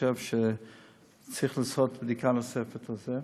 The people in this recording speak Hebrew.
חושב שצריך לעשות בדיקה נוספת בנושא.